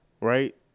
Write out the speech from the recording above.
right